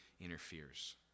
interferes